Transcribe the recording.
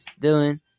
Dylan